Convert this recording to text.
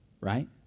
right